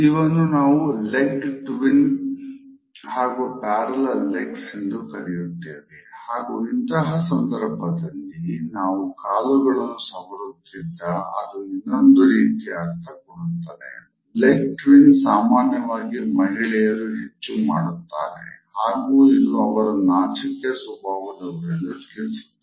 ಇವನ್ನು ನಾವು leg twin ಸಾಮಾನ್ಯವಾಗಿ ಮಹಿಳೆಯರು ಹೆಚ್ಚು ಮಾಡುತ್ತಾರೆ ಹಾಗು ಇದು ಅವರು ನಾಚಿಕೆಯ ಸ್ವಭಾವದವರು ಎಂದು ತಿಳಿಸುತ್ತಾರೆ